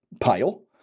pile